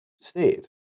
state